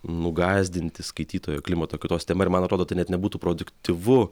nugąsdinti skaitytojų klimato kaitos tema ir man atrodo tai net nebūtų produktyvu